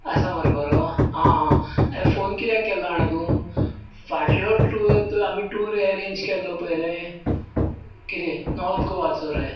आसा मरे बरो आं आं आरे फोन कित्याक केल्लो जाणा तूं फाटलो टूर तूं आमी अरेंज केल्लो पळय रे कितें नॉर्थ गोवाचो रे